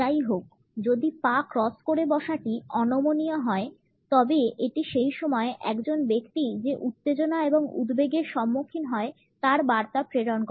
যাইহোক যদি পা ক্রস করে বসাটি অনমনীয় হয় তবে এটি সেই সময়ে একজন ব্যক্তি যে উত্তেজনা এবং উদ্বেগের সম্মুখীন হয় তার বার্তা প্রেরণ করে